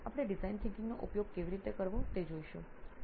તો ચાલો આપણે ડિઝાઇન વિચારસરણીનો ઉપયોગ કેવી રીતે કરવો તે જોઈશું